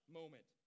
moment